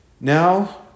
Now